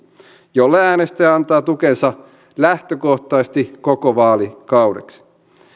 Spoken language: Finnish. jolle äänestäjä antaa tukensa lähtökohtaisesti koko vaalikaudeksi